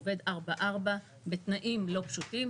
שעובד 4/4 בתנאים לא פשוטים,